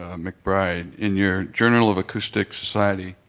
ah mcbride. in your journal of acoustic society